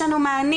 יש לנו מענים,